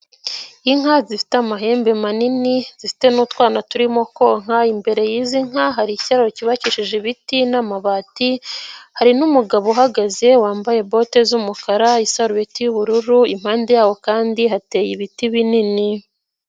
Inka zifite amahembe manini zifite n'utwana turimo konka, imbere y'izi nka hari ikiraro cyubakishije ibiti n'amabati, hari n'umugabo uhagaze wambaye bote z'umukara, isaruti y'ubururu, impande yaho kandi hateye ibiti binini.